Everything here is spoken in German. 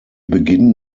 beginnen